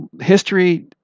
History